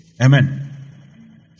Amen